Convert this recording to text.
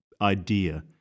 idea